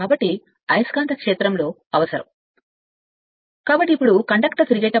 కాబట్టి అయస్కాంత క్షేత్రంలో అవసరం మరియు వాటిని వాహకాలు అని కూడా పిలుస్తారు